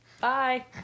Bye